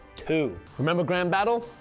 two remember grand battle?